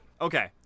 Okay